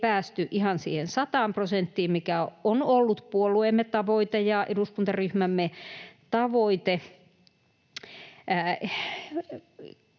ei päästy ihan siihen 100 prosenttiin, mikä on ollut puolueemme tavoite ja eduskuntaryhmämme tavoite,